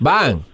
Bang